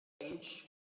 age